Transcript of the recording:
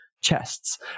chests